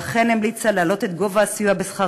ואכן המליצה להעלות את גובה הסיוע בשכר